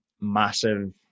massive